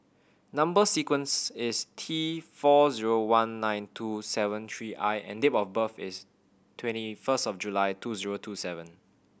number sequence is T four zero one nine two seven three I and date of birth is twenty first of July two zero two seven